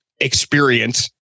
experience